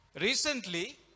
recently